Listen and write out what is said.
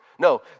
No